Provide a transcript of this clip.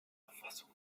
auffassung